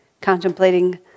contemplating